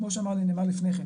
כמו שנאמר לפני כן,